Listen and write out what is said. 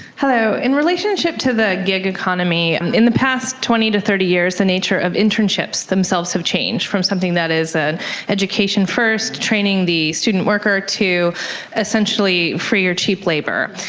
hello. in relationship to the gig economy, in the past twenty to thirty years the nature of internships themselves have changed from something that is an education first, training the student worker, to essentially free or cheap labour.